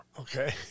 okay